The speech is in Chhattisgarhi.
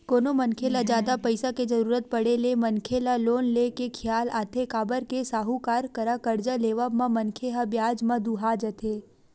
कोनो मनखे ल जादा पइसा के जरुरत पड़े ले मनखे ल लोन ले के खियाल आथे काबर के साहूकार करा करजा लेवब म मनखे ह बियाज म दूहा जथे